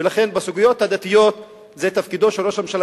ולכן בסוגיות הדתיות זה תפקידו של ראש הממשלה